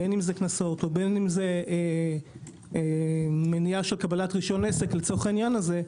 בין אם זה קנסות ובין אם מניעת קבלת רשיון עסק לעניין הזה,